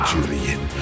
Julian